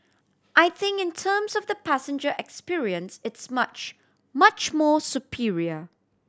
I think in terms of the passenger experience it's much much more superior